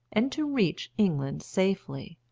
and to reach england safely.